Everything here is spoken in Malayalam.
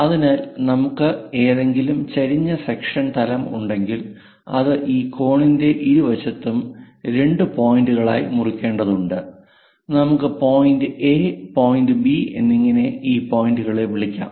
അതിനാൽ നമുക്ക് ഏതെങ്കിലും ചെരിഞ്ഞ സെക്ഷൻ തലം ഉണ്ടെങ്കിൽ അത് ഈ കോണിന്റെ ഇരുവശത്തും രണ്ട് പോയിന്റുകളായി മുറിക്കേണ്ടതുണ്ട് നമുക്ക് പോയിന്റ് എ പോയിന്റ് ബി എന്നിങ്ങനെ ഈ പോയിന്റുകളെ വിളിക്കാം